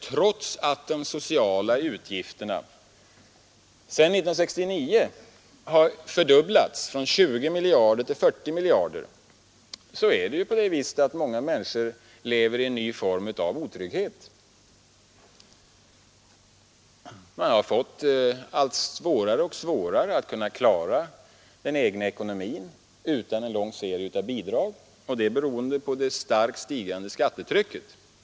Trots att de sociala utgifterna sedan 1969 har fördubblats, från 20 miljarder till 40 miljarder, lever många människor i en ny form av otrygghet. Man har fått allt svårare att klara den egna ekonomin utan en lång serie av bidrag, och det är beroende på det starkt ökande skattetrycket.